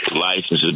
licenses